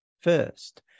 first